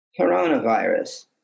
Coronavirus